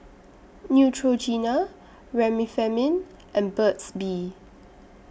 Neutrogena Remifemin and Burt's Bee